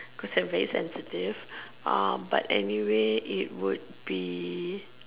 cause I am very sensitive uh but anyway it would be